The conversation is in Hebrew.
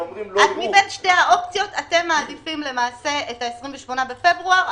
אתם מעדיפים את 28 בפברואר,